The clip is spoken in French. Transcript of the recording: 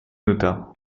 nota